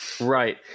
Right